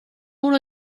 uno